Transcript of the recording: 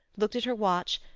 looked at her watch,